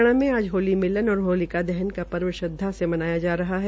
हरियाणा में आज होली मिलन और होलिका दहन का पर्व श्रद्वा से मनाया जा रहा है